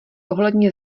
ohledně